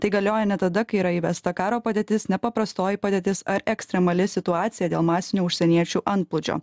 tai galioja ne tada kai yra įvesta karo padėtis nepaprastoji padėtis ar ekstremali situacija dėl masinio užsieniečių antplūdžio